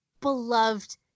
beloved